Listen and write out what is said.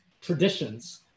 traditions